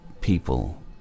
People